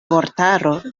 vortaro